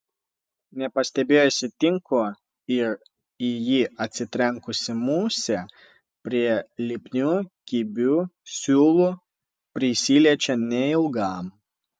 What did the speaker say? nepastebėjusi tinklo ir į jį atsitrenkusi musė prie lipnių kibių siūlų prisiliečia neilgam